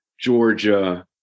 Georgia